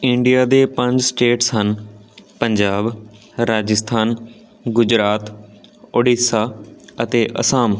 India ਦੇ ਪੰਜ states ਹਨ ਪੰਜਾਬ ਰਾਜਸਥਾਨ ਗੁਜਰਾਤ ਉੜੀਸਾ ਅਤੇ ਅਸਾਮ